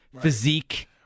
physique